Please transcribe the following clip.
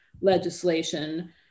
legislation